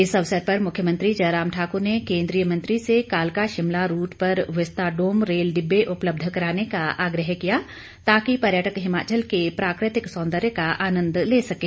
इस अवसर पर मुख्यमंत्री जयराम ठाकुर ने केंद्रीय मंत्री से कालका शिमला रूट पर विस्ता डोम रेल डिब्बे उपलब्ध कराने का आग्रह किया ताकि पर्यटक हिमाचल के प्राकृतिक सौंदर्य का आनंद ले सकें